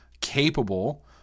capable